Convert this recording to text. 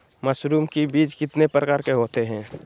Mushroom का बीज कितने प्रकार के होते है?